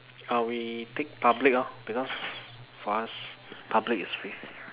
uh we take public lor because for us public is free